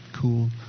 cool